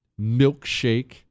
milkshake